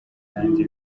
kandi